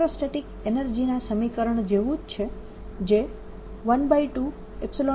આ ઇલેક્ટ્રોસ્ટેટીક એનર્જીના સમીકરણ જેવું જ છે જે 120E2 હતું